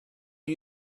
are